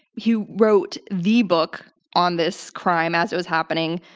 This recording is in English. he wrote the book on this crime as it was happening,